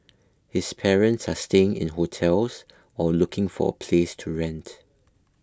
his parents are staying in hotels while looking for a place to rent